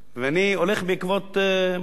בעקבות מה שגם שר התקשורת אמר פה.